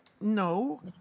No